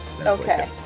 Okay